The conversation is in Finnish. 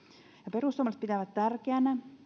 perussuomalaiset pitävät tärkeänä